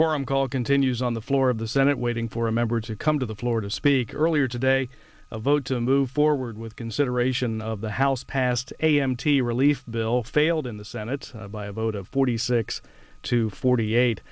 quorum call continues on the floor of the senate waiting for a member to come to the floor to speak earlier today a vote to move forward with consideration of the house passed a m t relief bill failed in the senate by a vote of forty six to forty eight